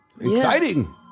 exciting